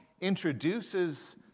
introduces